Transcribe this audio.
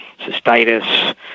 cystitis